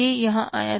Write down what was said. यह यहाँ आया था